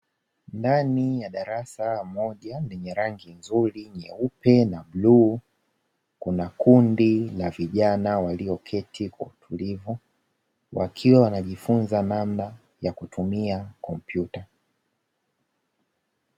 Ndani ya darasa moja lenye rangi nzuri nyeupe na bluu, kuna kundi la vijana walioketi kwa utulivu, wakiwa wanajifunza namna ya kutumia kompyuta.